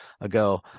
ago